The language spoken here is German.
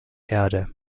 erde